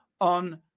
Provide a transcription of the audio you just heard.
on